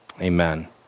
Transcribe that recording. Amen